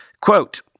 Quote